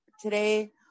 today